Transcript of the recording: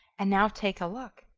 and now take a look.